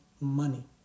money